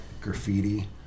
graffiti